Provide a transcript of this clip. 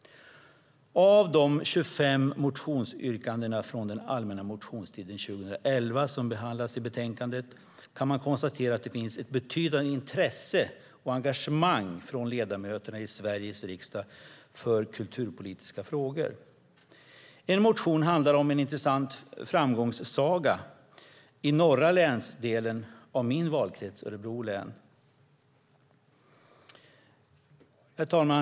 Av de 25 motionsyrkandena från den allmänna motionstiden 2011 som behandlas i betänkandet kan man konstatera att det finns ett betydande intresse och engagemang från ledamöterna i Sveriges riksdag för kulturpolitiska frågor. En motion handlar om en intressant framgångssaga i norra delen av min valkrets, Örebro län. Herr talman!